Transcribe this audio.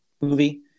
movie